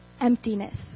emptiness